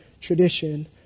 tradition